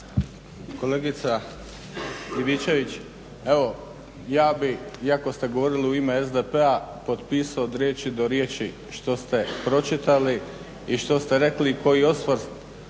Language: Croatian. Kolegica Ivčević evo ja bi iako ste govorili u ime SDP-a potpisao od riječi do riječi što ste pročitali i što ste rekli i koji osvrt